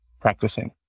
practicing